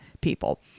people